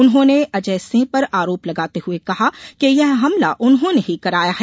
उन्होंने अजय सिंह पर आरोप लगाते हुए कहा कि ये हमला उन्होंने ही कराया है